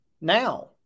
now